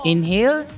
Inhale